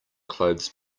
clothes